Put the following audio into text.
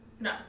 No